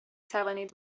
توانید